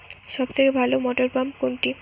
সবথেকে ভালো মটরপাম্প কোনটি?